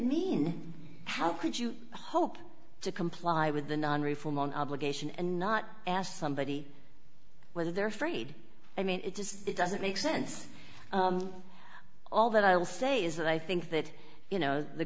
mean how could you hope to comply with a non reform on obligation and not asked somebody whether they're afraid i mean it just doesn't make sense all that i'll say is that i think that you know the